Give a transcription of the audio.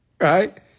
Right